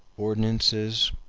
ordinances,